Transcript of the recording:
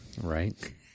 Right